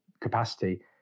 capacity